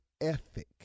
ethic